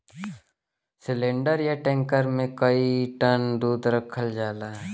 cylinder या tanker मे कई टन दूध रखल जाला